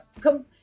come